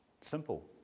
Simple